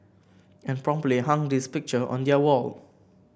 and promptly hung his picture on their wall